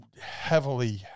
heavily